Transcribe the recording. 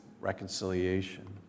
reconciliation